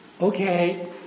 okay